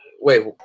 wait